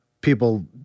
people